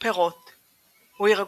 פירות וירקות.